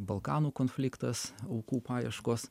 balkanų konfliktas aukų paieškos